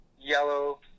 yellow